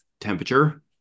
temperature